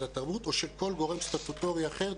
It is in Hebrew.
התרבות או של כל גורם סטטוטורי אחר,